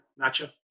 Nacho